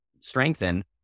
strengthen